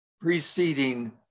preceding